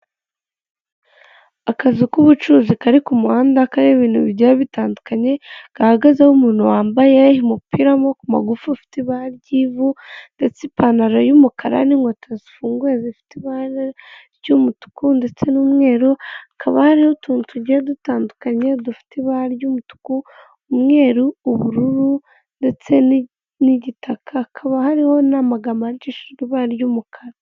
Akazu k'ubucuruzi kari ku muhanda kariho ibintu bigiye bitandukanye, gahagazeho umuntu wambaye umupira w'amaboko magufi ufite ibara ry'ivu, ndetse ipantaro y'umukara n'inkweto zifunguye zufite ibara ry'umutuku ndetse n'umweru, hakaba hariho utuntu tugiye dutandukanye dufite ibara ry'umutuku, umweruru, ubururu ndetse n'igitaka. Hakaba hariho n'amagambo yandikishijwe ibara ry'umukara.